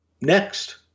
next